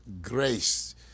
grace